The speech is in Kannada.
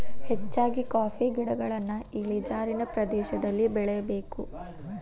ಹೆಚ್ಚಾಗಿ ಕಾಫಿ ಗಿಡಗಳನ್ನಾ ಇಳಿಜಾರಿನ ಪ್ರದೇಶದಲ್ಲಿ ಬೆಳೆಯಬೇಕು